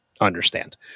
understand